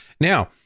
now